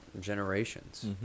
generations